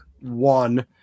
one